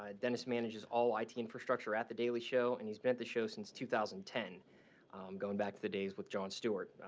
ah dennis manages all i t. infrastructure at the daily show. and he's been at the show since two thousand and ten going back to the days with jon stewart.